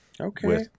Okay